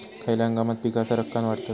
खयल्या हंगामात पीका सरक्कान वाढतत?